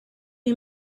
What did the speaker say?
you